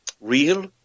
real